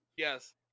yes